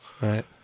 right